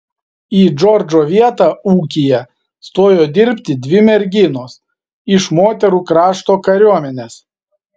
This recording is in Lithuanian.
į džordžo vietą ūkyje stojo dirbti dvi merginos iš moterų krašto kariuomenės